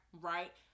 right